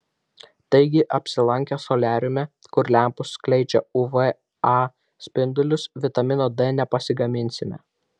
taigi apsilankę soliariume kur lempos skleidžia uv a spindulius vitamino d nepasigaminsime